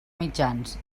mitjans